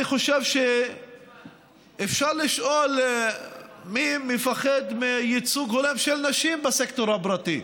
אני חושב שאפשר לשאול מי מפחד מייצוג הולם של נשים בסקטור הפרטי.